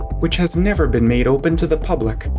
which has never been made open to the public.